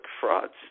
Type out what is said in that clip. frauds